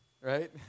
right